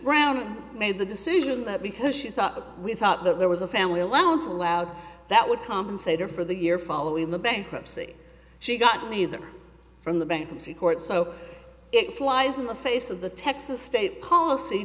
brown made the decision that because she thought we thought that there was a family allowance allowed that would compensate her for the year following the bankruptcy she got neither from the bankruptcy court so it flies in the face of the texas state policy